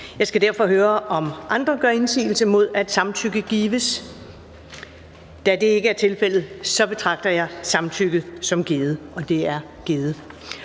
Jeg skal derfor høre, om andre gør indsigelse mod, at samtykke gives. Da det ikke er tilfældet, betragter jeg samtykket som givet Det er givet.